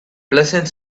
pleasant